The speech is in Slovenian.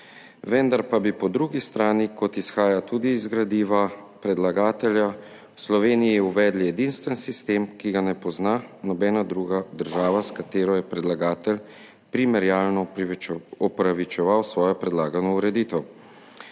Vendar pa bi po drugi strani, kot izhaja tudi iz gradiva predlagatelja, v Sloveniji uvedli edinstven sistem, ki ga ne pozna nobena druga država, s katero je predlagatelj primerjalno opravičeval svojo predlagano ureditev.